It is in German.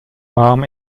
baum